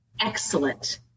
excellent